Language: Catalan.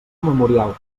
memorial